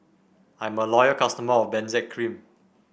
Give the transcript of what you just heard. I'm a loyal customer of Benzac Cream